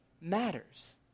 matters